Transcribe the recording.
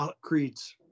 creeds